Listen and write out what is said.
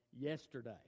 yesterday